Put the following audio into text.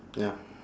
ya